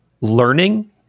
learning